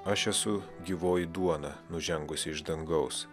aš esu gyvoji duona nužengusi iš dangaus